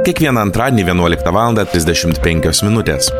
kiekvieną antradienį vienuoliktą valandą trisdešimt penkios minutės